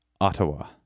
Ottawa